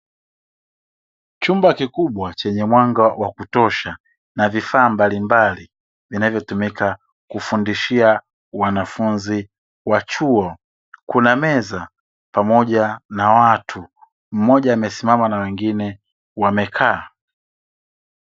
Chumba kikubwa chenye mwanga wakutosha na vifaa mbalimbali, vinavyotumika kufundishia wanafunzi wa chuo. Kuna meza pamoja na watu (mmoja amesimama na wengine wamekaa).